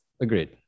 Agreed